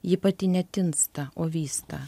ji pati netinsta o vysta